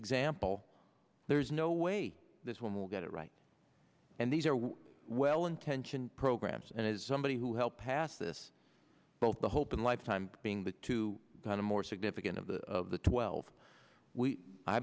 example there's no way this one will get it right and these are well intentioned programs and as somebody who helped pass this both the hope and lifetime being the to the more significant of the of the twelve we i